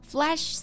Flash